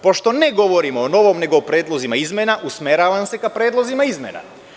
Pošto ne govorimo o novom, nego o predlozima izmena, usmeravam se ka predlozima izmena.